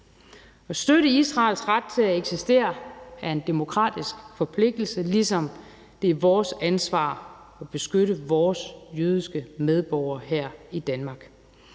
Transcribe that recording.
At støtte Israels ret til at eksistere er en demokratisk forpligtelse, ligesom det er vores ansvar at beskytte vores jødiske medborgere her i Danmark.